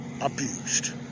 abused